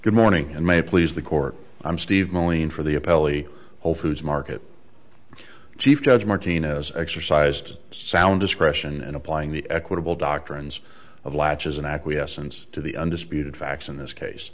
good morning and may please the court i'm steve morning for the appellee whole foods market chief judge martinez exercised sound discretion and applying the equitable doctrines of latches and acquiescence to the undisputed facts in this case